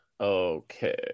Okay